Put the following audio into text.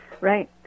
Right